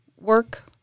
work